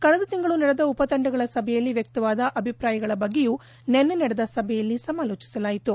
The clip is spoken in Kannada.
ಕಳೆದ ತಿಂಗಳು ನಡೆದ ಉಪತಂಡಗಳ ಸಭೆಗಳಲ್ಲಿ ವ್ಯಕ್ತವಾದ ಅಭಿಪ್ರಾಯಗಳ ಬಗ್ಗೆಯೂ ನಿನ್ನೆ ನಡೆದ ಸಭೆಯಲ್ಲಿ ಸಮಾಲೋಚಿಸಲಾಯಿತು